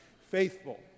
Faithful